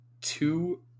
two